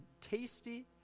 tasty